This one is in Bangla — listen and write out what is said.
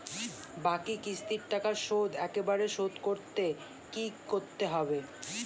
বাকি কিস্তির টাকা শোধ একবারে শোধ করতে কি করতে হবে?